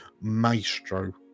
maestro